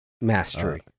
mastery